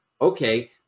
okay